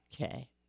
Okay